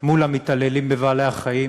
מול המתעללים בבעלי-החיים.